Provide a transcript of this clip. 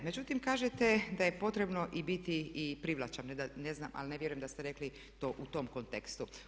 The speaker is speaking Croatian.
Međutim, kažete da je potrebno i biti i privlačan ali ne vjerujem da ste rekli to u tom kontekstu.